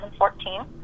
2014